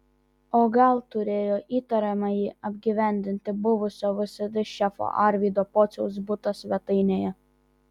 o gal turėjo įtariamąjį apgyvendinti buvusio vsd šefo arvydo pociaus buto svetainėje